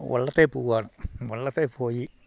വള്ളത്തെ പോവാണ് വള്ളത്തെ പോയി